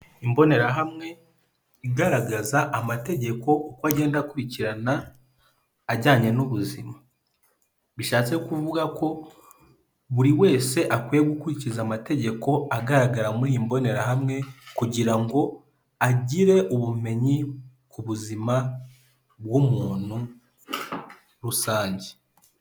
Imbonerahamwe igaragaza amategeko uko agenda akurikirana ajyanye n'ubuzima, bishatse kuvuga ko buri wese akwiye gukurikiza amategeko agaragara muri iyi mbonerahamwe kugira ngo agire ubumenyi ku buzima bw'umuntu rusange.